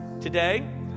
today